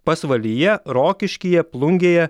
pasvalyje rokiškyje plungėje